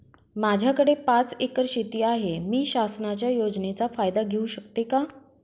माझ्याकडे पाच एकर शेती आहे, मी शासनाच्या योजनेचा फायदा घेऊ शकते का?